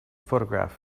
photograph